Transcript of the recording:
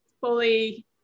fully